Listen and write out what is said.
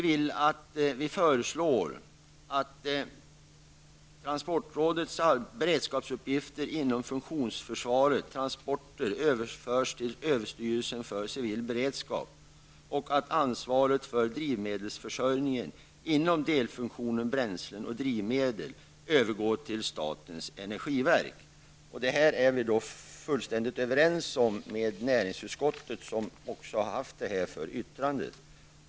Vi föreslår att transportrådets uppgifter med beredskapsplaneringen inom funktionen Transporter överförs till överstyrelsen för civil beredskap, och att ansvaret för drivmedelsförsörjningen inom delfunktionen bränslen och drivmedel övergår till statens energiverk. Detta är vi fullständigt överens om med näringsutskottet som haft frågan för yttrande.